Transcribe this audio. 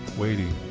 waiting,